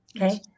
Okay